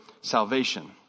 salvation